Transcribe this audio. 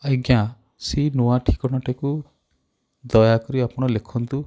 ଆଜ୍ଞା ସେଇ ନୂଆ ଠିକଣାଟିକୁ ଦୟାକରି ଆପଣ ଲେଖନ୍ତୁ